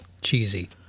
cheesy